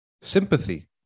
sympathy